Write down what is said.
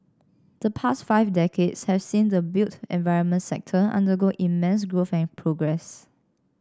the past five decades have seen the built environment sector undergo immense growth and progress